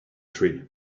tree